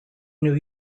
new